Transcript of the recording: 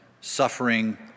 suffering